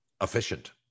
efficient